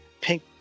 pink